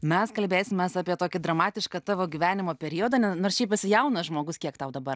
mes kalbėsimės apie tokį dramatišką tavo gyvenimo periodą nors šiaip esi jaunas žmogus kiek tau dabar